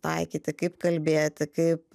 taikyti kaip kalbėti kaip